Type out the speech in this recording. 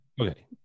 Okay